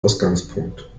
ausgangspunkt